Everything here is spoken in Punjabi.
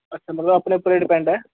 ਅੱਛਾ ਮਤਲਬ ਆਪਣੇ ਉੱਪਰ ਡਿਪੈਂਡ ਹੈ